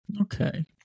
Okay